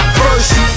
first